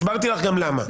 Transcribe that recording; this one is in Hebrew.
הסברתי לך גם למה.